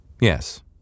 Yes